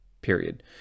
period